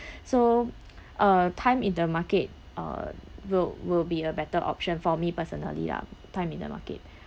so uh time in the market uh will will be a better option for me personally lah time in the market